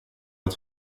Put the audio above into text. att